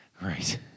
Right